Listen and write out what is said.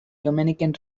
dominican